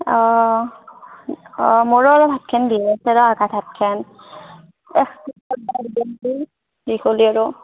অঁ অঁ মোৰো অলপ হাতখেন বিষাইছে ৰ' হাতখেন বিষ হ'লি আৰু